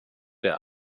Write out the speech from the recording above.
der